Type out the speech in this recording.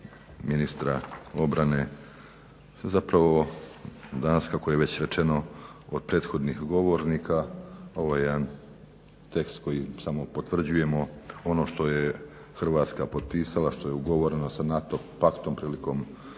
ministra obrane. Zapravo danas kako je već rečeno od prethodnih govornika ovo je jedan tekst samo potvrđujemo ono što je Hrvatska potpisala, što je ugovoreno sa NATO paktom prilikom